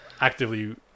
actively